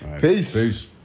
Peace